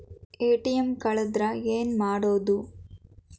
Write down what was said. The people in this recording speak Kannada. ಎ.ಟಿ.ಎಂ ಕಳದ್ರ ಏನು ಮಾಡೋದು?